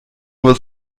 nur